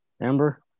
Amber